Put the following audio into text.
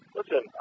Listen